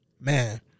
Man